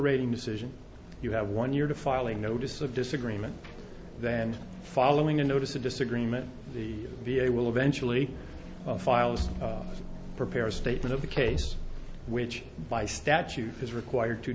rating decision you have one year to file a notice of disagreement then following a notice of disagreement the v a will eventually files prepare a statement of the case which by statute is required to